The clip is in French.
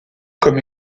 comme